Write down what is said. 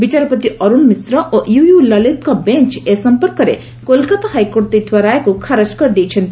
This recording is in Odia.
ବିଚାରପତି ଅରୁଣ ମିଶ୍ର ଓ ୟୁୟୁ ଲଳିତଙ୍କ ବେଞ୍ଚ ଏ ସମ୍ପର୍କରେ କୋଲ୍କାତା ହାଇକୋର୍ଟ ଦେଇଥିବା ରାୟକୁ ଖାରଜ କରିଦେଇଛନ୍ତି